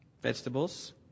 Vegetables